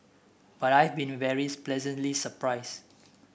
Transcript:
but I've been very pleasantly surprised